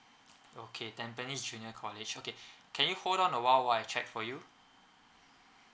okay tampines junior college okay can you hold on awhile while I check for you